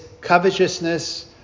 covetousness